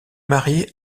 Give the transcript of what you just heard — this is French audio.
mariée